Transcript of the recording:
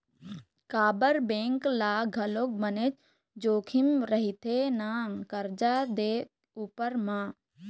काबर बेंक ल घलोक बनेच जोखिम रहिथे ना करजा दे उपर म